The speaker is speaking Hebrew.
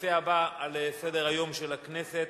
הנושא הבא על סדר-היום של הכנסת: